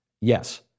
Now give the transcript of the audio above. Yes